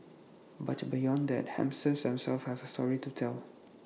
but beyond that hamsters themselves have A story to tell